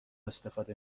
استفاده